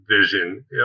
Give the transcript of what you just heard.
vision